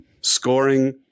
scoring